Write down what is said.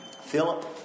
Philip